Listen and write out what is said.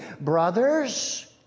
brothers